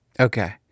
Okay